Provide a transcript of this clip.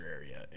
area